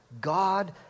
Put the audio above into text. God